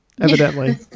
evidently